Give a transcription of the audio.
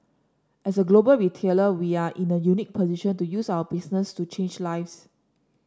as a global retailer we are in a unique position to use our business to change lives